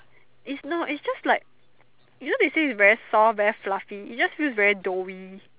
it's not it's just like you know they say it's very soft very fluffy it just feels very doughy